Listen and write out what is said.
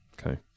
Okay